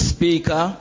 Speaker